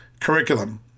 curriculum